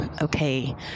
okay